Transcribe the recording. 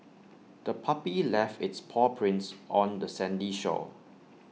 the puppy left its paw prints on the sandy shore